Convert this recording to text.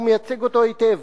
והוא מייצג אותו היטב.